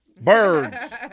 Birds